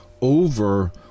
over